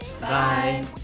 Bye